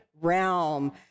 realm